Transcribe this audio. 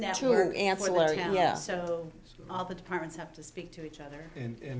natural her ancillary yeah so all the departments have to speak to each other and